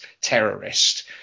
terrorist